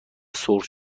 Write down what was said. سرخ